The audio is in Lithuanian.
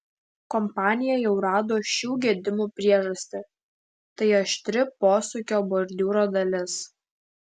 kompanija jau rado šių gedimų priežastį tai aštri posūkio bordiūro dalis